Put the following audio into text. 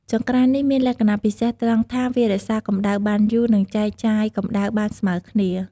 ចង្ក្រាននេះមានលក្ខណៈពិសេសត្រង់ថា វារក្សាកម្ដៅបានយូរ និងចែកចាយកម្ដៅបានស្មើល្អ។